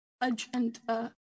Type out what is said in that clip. agenda